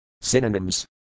Synonyms